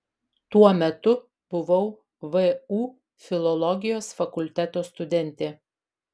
tuo metu buvau vu filologijos fakulteto studentė